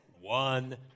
one